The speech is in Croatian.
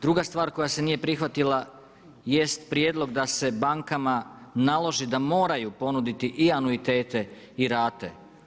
Druga stvar koja se nije prihvatila jest prijedlog da se bankama naloži da moraju ponuditi i anuitete i rate.